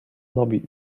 lobby